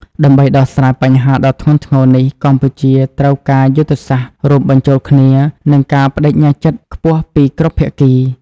ដើម្បីដោះស្រាយបញ្ហាដ៏ធ្ងន់ធ្ងរនេះ កម្ពុជាត្រូវការយុទ្ធសាស្ត្ររួមបញ្ចូលគ្នា និងការប្តេជ្ញាចិត្តខ្ពស់ពីគ្រប់ភាគី។